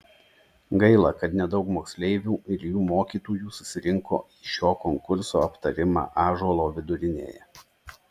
gaila kad nedaug moksleivių ir jų mokytojų susirinko į šio konkurso aptarimą ąžuolo vidurinėje